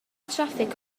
traffig